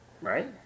right